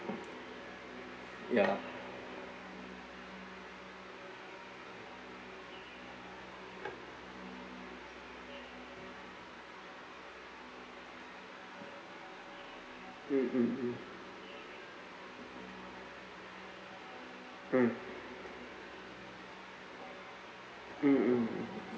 ya mm mm mm mm